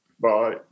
Bye